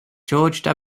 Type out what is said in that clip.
george